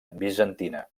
bizantina